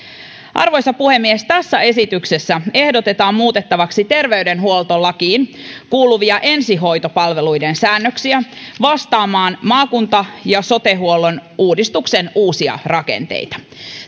arvoisa puhemies tässä esityksessä ehdotetaan muutettavaksi terveydenhuoltolakiin kuuluvia ensihoitopalveluiden säännöksiä vastaamaan maakunta ja sote huollon uudistuksen uusia rakenteita